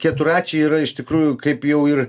keturračiai yra iš tikrųjų kaip jau ir